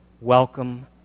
Welcome